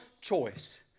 choice